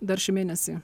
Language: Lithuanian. dar šį mėnesį